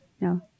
no